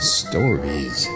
stories